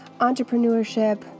entrepreneurship